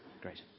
Great